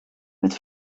het